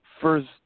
first